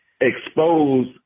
expose –